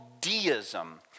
deism